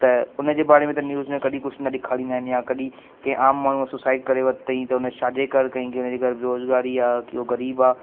त उन जे बारे में त न्यूज़ में कॾहिं कुझ न ॾेखारींदा आहिनि या कॾहिं कंहिं आम माण्हूअ सुसाइड करे वरितई त उन छाजे कारण कई कि उन जे घर बेरोज़गारी आहे की उहो ग़रीबु आहे